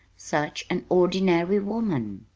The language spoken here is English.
such an ordinary woman!